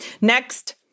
Next